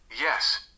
Yes